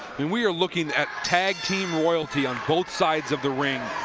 and we are looking at tag team royalty on both sides of the ring.